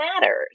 matters